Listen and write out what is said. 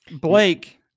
Blake